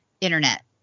internet